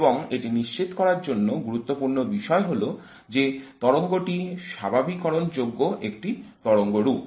এবং এটি নিশ্চিত করার জন্য গুরুত্বপূর্ণ বিষয় হল যে তরঙ্গ টি স্বাভাবিককরণযোগ্য একটি তরঙ্গরূপ